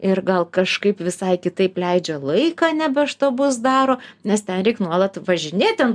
ir gal kažkaip visai kitaip leidžia laiką nebe štabus daro nes ten reik nuolat važinėt ten